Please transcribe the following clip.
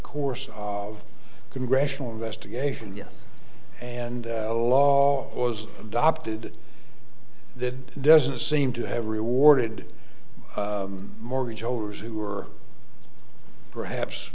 course of congressional investigation yes and law was adopted that doesn't seem to have rewarded mortgage holders who were perhaps